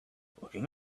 looking